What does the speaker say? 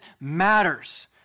matters